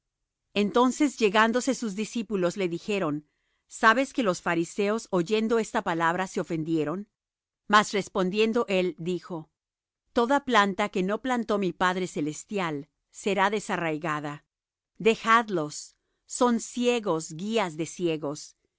entonces llegándose sus discípulos le dijeron sabes que los fariseos oyendo esta palabra se ofendieron mas respondiendo él dijo toda planta que no plantó mi padre celestial será desarraigada dejadlos son ciegos guías de ciegos